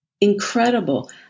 incredible